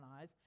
eyes